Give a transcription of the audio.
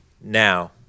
now